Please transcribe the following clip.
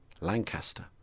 Lancaster